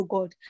God